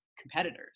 competitors